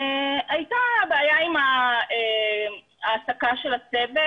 הייתה בעיה עם ההעסקה של הצוות